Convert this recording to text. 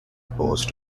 opposed